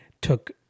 Took